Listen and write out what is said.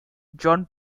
john